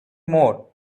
more